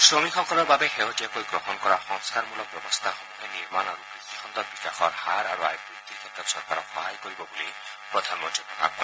শ্ৰমিকসকলৰ বাবে শেহতীয়াকৈ গ্ৰহণ কৰা সংস্থাৰমূলক ব্যৱস্থাসমূহে নিৰ্মাণ আৰু কৃষিখণ্ডত বিকাশৰ হাৰ আৰু আয় বৃদ্ধিৰ ক্ষেত্ৰত চৰকাৰক সহায় কৰিব বুলি প্ৰধানমন্ত্ৰীয়ে প্ৰকাশ কৰে